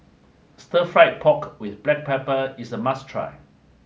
Stir Fry Pork With Black Pepper is a must try